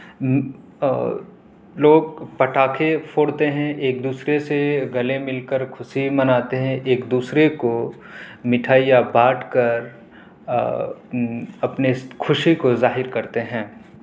لوگ پٹاخے پھوڑتے ہیں ایک دوسرے سے گلے مل کر خوشی مناتے ہیں ایک دوسرے کو مٹھائیاں بانٹ کر اور اپنے خوشی کو ظاہر کرتے ہیں